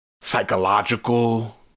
psychological